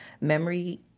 memory